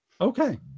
Okay